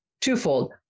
twofold